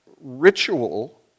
ritual